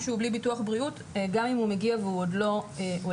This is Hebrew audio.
שהוא בלי ביטוח בריאות גם אם הוא מגיע והוא עוד לא עולה.